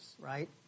right